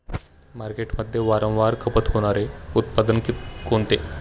मार्केटमध्ये वारंवार खपत होणारे उत्पादन कोणते?